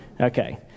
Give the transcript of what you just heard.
okay